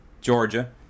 Georgia